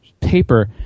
paper